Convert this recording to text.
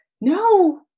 no